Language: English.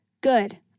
Good